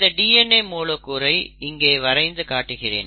இந்த DNA மூலக்கூறை இங்கே வரைந்து காட்டுகிறேன்